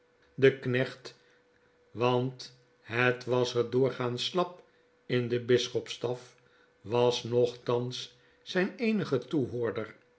de knecht want het was er doorgaans slap in de bisschopstaf was nochtanszijn eenige toehoorder